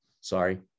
sorry